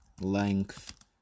length